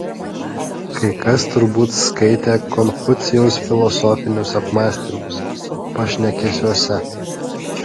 kai kas turbūt skaitė konfucijaus filosofinius apmąstymus pašnekesiuose